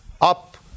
up